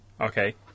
Okay